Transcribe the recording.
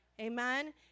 amen